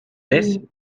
test